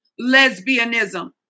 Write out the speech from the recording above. Lesbianism